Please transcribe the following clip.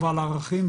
ועל הערכים,